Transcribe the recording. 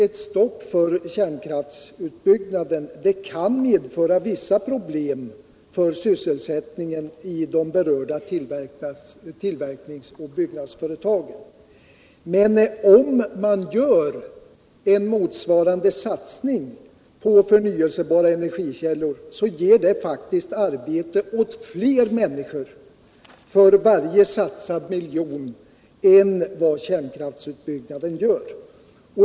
Ett stopp för kärnkraftsutbyggnaden kan givetvis medföra vissa problem för sysselsättningen i de berörda tillverkningsoch byggnadsföretagen. Men om man gör en motsvarande satsning på förnyelsebara energikällor ger det faktiskt arbete åt fler människor för varje satsad miljon än kärnkraftsutbyggnaden gör.